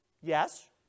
yes